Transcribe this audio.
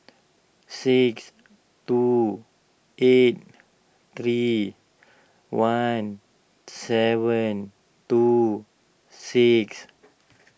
six two eight three one seven two six